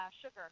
sugar